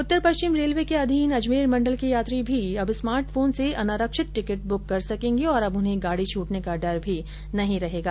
उत्तर पश्चिम रेलवे के अधीन अजमेर मंडल के यात्री भी अब स्मार्ट फोन से अनारक्षित टिकट बुक कर सकेंगे और अब उन्हें गाड़ी छूटने का डर भी नहीं रहेगा